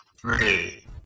three